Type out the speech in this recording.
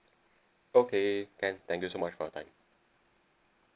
okay then thank you so much for your time